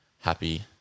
happy